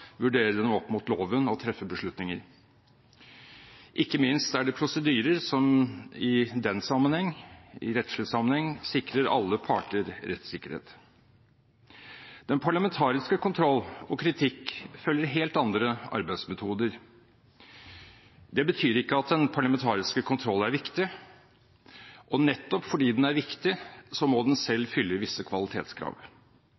vurdere dem opp mot loven og treffe beslutninger. Ikke minst er det prosedyrer som i rettslig sammenheng sikrer alle parter rettssikkerhet. Den parlamentariske kontroll og kritikk følger helt andre arbeidsmetoder. Det betyr ikke at den parlamentariske kontroll ikke er viktig. Og nettopp fordi den er viktig, må den